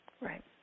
Right